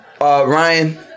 Ryan